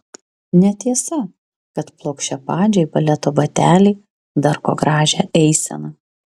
netiesa kad plokščiapadžiai baleto bateliai darko gražią eiseną